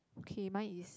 okay mine is